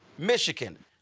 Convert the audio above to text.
Michigan